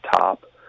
top